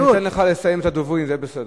אתן לך לסיים את הדוברים, זה יהיה בסדר.